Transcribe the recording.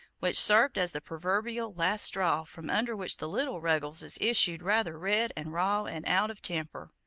which served as the proverbial last straw, from under which the little ruggleses issued rather red and raw and out of temper.